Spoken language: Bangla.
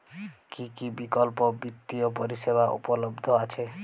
কী কী বিকল্প বিত্তীয় পরিষেবা উপলব্ধ আছে?